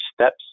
steps